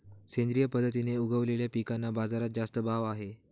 सेंद्रिय पद्धतीने उगवलेल्या पिकांना बाजारात जास्त भाव आहे